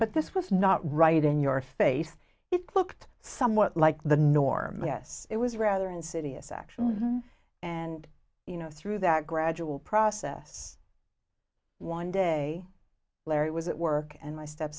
but this was not right in your face it looked somewhat like the norm yes it was rather insidious actually and you know through that gradual process one day larry was at work and my